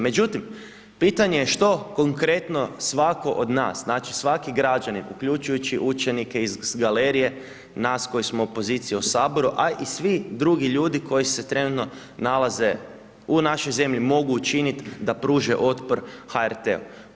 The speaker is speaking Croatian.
Međutim, pitanje je što konkretno svatko od nas, znači, svaki građanin, uključujući učenike iz galerije, nas koji smo u opoziciji u HS, a i svi drugi ljudi koji se trenutno nalaze u našoj zemlji, mogu učinit da pruže otpor HRT-u.